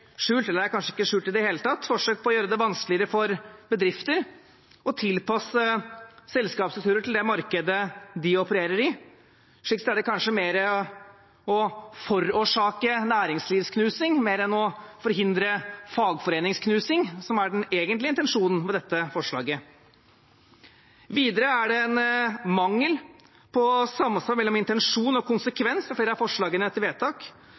– eller, det er kanskje ikke skjult i det hele tatt – forsøk på å gjøre det vanskeligere for bedrifter å tilpasse selskapsstrukturer til det markedet de opererer i. Slik sett innebærer dette forslaget kanskje mer å forårsake næringslivsknusing enn å forhindre fagforeningsknusing, som er den egentlige intensjonen med forslaget. Videre er det mangel på samsvar mellom intensjon og konsekvens ved flere av forslagene.